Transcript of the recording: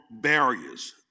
barriers